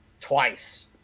twice